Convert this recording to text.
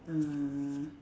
uh